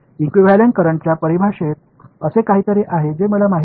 equivalent current வரையறை எனக்குத் தெரியாத ஒன்றைக் கொண்டுள்ளது